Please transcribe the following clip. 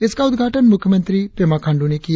इसका उद्घाटन मुख्यमंत्री पेमा खांडू ने किया